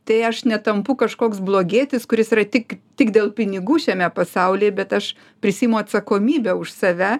tai aš netampu kažkoks blogietis kuris yra tik tik dėl pinigų šiame pasauly bet aš prisiimu atsakomybę už save